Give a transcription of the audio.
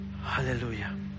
Hallelujah